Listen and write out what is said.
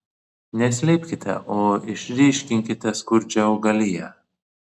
ne slėpkite o išryškinkite skurdžią augaliją